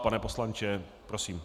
Pane poslanče, prosím.